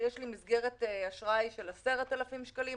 שיש לי מסגרת אשראי של 10,000 שקלים,